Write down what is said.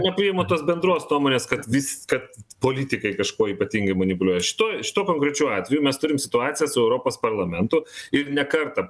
nepriimu tos bendros nuomonės kad vis kad politikai kažkuo ypatingai manipuliuoja šituo šituo konkrečiu atveju mes turim situaciją su europos parlamentu ir ne kartą